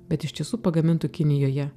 bet iš tiesų pagamintų kinijoje